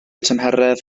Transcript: tymheredd